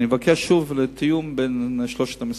אני מבקש, שוב, לתאם בין שלושת המשרדים.